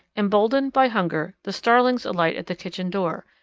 emboldened by hunger, the starlings alight at the kitchen door,